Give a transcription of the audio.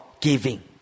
giving